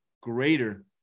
greater